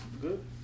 good